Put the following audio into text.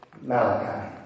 Malachi